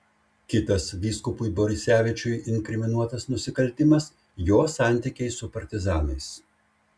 kitas vyskupui borisevičiui inkriminuotas nusikaltimas jo santykiai su partizanais